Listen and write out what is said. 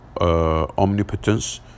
omnipotence